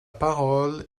parole